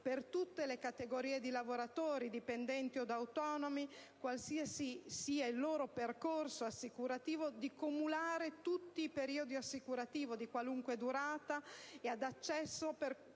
per tutte le categorie di lavoratori, dipendenti od autonomi, quale che sia il loro percorso assicurativo, di cumulare tutti i periodi assicurativi, di qualunque durata ed acceso